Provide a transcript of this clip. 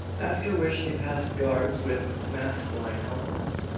after which they passed guards with masklike helmets.